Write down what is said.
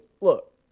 Look